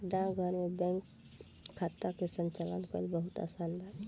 डाकघर में बैंक खाता के संचालन कईल बहुत आसान बा